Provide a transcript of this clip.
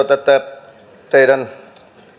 tätä teidän